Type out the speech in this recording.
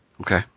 Okay